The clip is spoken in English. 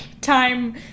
Time